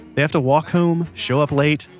they have to walk home, show up late,